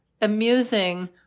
amusing